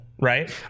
right